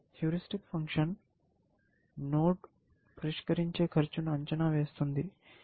heuristic function నోడ్ను పరిష్కరించే ఖర్చును అంచనా వేస్తుంది